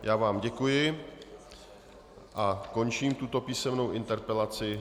Já vám děkuji a končím tuto písemnou interpelaci.